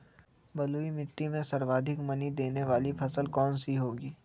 बलुई मिट्टी में सर्वाधिक मनी देने वाली फसल कौन सी होंगी?